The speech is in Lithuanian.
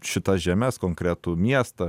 šitas žemes konkretų miestą